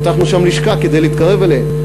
פתחנו שם לשכה כדי להתקרב אליהם.